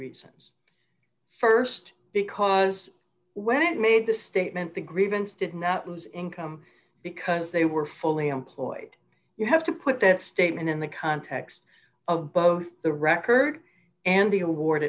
reasons st because when i made the statement the grievance did not lose income because they were fully employed you have to put that statement in the context of both the record and the award